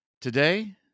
Today